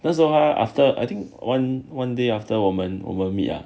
那时候 high after I think one one day after 我们 meet ah